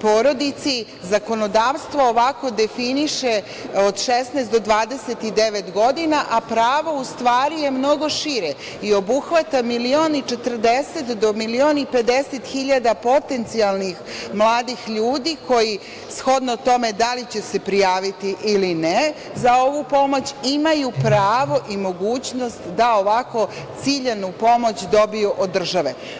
porodici zakonodavstvo ovako definiše od 16 do 29 godina, a pravo u stvari je mnogo šire i obuhvata milion i 40 do milion i 50 hiljada potencijalnih mladih ljudi koji shodno tome da li će se prijaviti ili ne za ovu pomoć imaju pravo i mogućnost da ovako ciljanu pomoć dobiju od države.